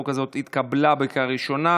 צ'רנוביל (תיקון מס' 2) (הגדלת המענק השנתי),